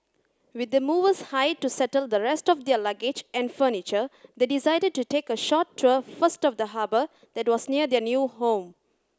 with the movers hired to settle the rest of their luggage and furniture they decided to take a short tour first of the harbour that was near their new home